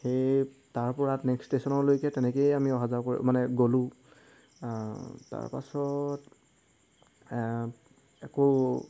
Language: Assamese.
সেই তাৰপৰা নেক্সট ষ্টেশ্যনলৈকে তেনেকৈয়ে আমি অহা যোৱা কৰিলোঁ মানে গ'লো তাৰপাছত একো